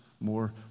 more